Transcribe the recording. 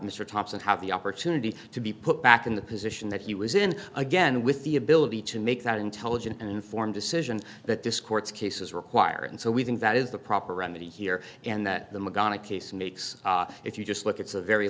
mr thompson have the opportunity to be put back in the position that he was in again with the ability to make that intelligent and informed decision that this court's cases require and so we think that is the proper remedy here and that the madonna case makes if you just look at the very